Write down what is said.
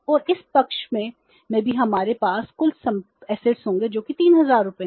और इस पक्ष में भी हमारे पास कुल संपत्ति होगी जो कि 3000 रुपये है